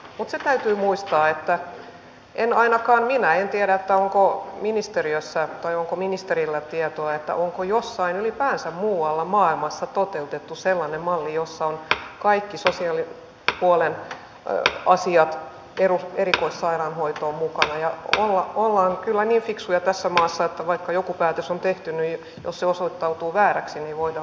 mutta se täytyy muistaa että en ainakaan minä tiedä onko ministeriössä tai onko ministerillä tietoa onko jossain ylipäänsä muualla maailmassa toteutettu sellainen malli jossa on kaikki sosiaalipuolen asiat erikoissairaanhoito mukana ja ollaan kyllä niin fiksuja tässä maassa että vaikka joku päätös on tehty niin jos se osoittautuu vääräksi niin voidaan muuttaa mieltä